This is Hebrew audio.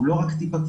הוא לא רק טיפתי,